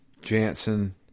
Jansen